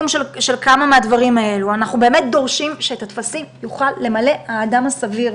דורשים שאת הטפסים יוכל למלא האדם הסביר,